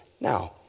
Now